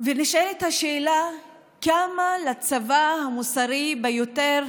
נשאלת השאלה כמה נמוך הצבא המוסרי ביותר,